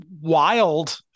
wild